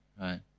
Right